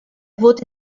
wurde